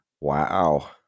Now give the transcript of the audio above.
wow